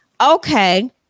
Okay